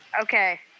okay